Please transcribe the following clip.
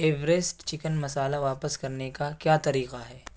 Everest chicken masala واپس کرنے کا کیا طریقہ ہے